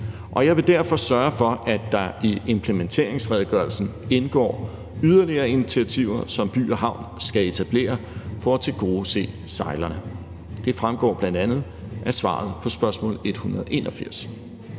Jeg vil derfor sørge for, at der i implementeringsredegørelsen indgår yderligere initiativer, som By & Havn skal etablere for at tilgodese sejlerne. Det fremgår bl.a. af svaret på spørgsmål nr.